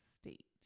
state